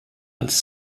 als